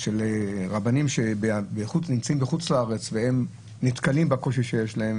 רבנים בחוץ לארץ שנתקלים בקושי הזה,